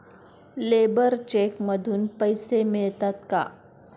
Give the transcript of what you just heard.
Labour cheque मधून पैसे मिळतात का?